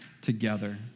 together